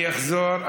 אני אחזור.